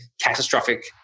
catastrophic